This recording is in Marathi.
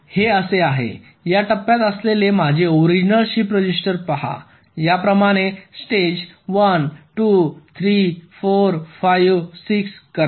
या टप्प्यात असलेले माझे ओरिजिनल शिफ्ट रजिस्टर पहा याप्रमाणे स्टेज 1 2 3 4 5 ६ करा